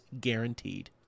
guaranteed